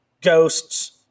ghosts